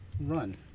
run